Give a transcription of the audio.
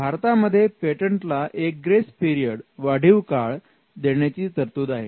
भारतामध्ये पेटंटला एक ग्रेस पिरीयड वाढीव काळ देण्याची तरतूद आहे